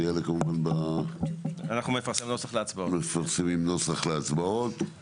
זה יעלה כמובן --- אנחנו מפרסמים נוסח להצבעות.